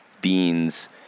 beans